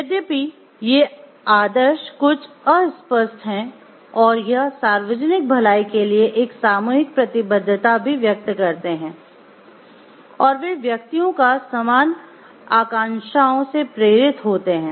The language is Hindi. यद्यपि ये आदर्श कुछ अस्पष्ट है यह सार्वजनिक भलाई के लिए एक सामूहिक प्रतिबद्धता भी व्यक्त करते है और वे व्यक्तियों समान आकांक्षाओं होते है